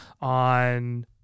on